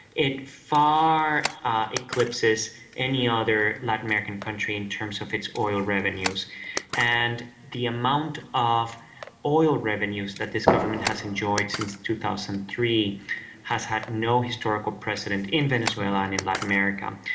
it far eclipses any other latin american country in terms of its oil revenues and the amount of oil revenues that this government has enjoyed since two thousand and three has had no historical precedent in venezuela and in latin america.